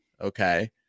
Okay